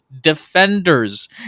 defenders